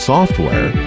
Software